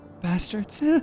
bastards